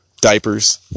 diapers